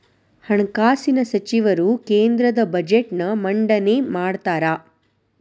ಹಣಕಾಸಿನ ಸಚಿವರು ಕೇಂದ್ರದ ಬಜೆಟ್ನ್ ಮಂಡನೆ ಮಾಡ್ತಾರಾ